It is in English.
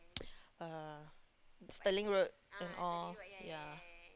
uh Sterling-Road and all yeah